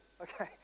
Okay